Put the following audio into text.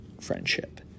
friendship